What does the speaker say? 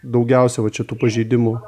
daugiausia va čia tų pažeidimų